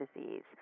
disease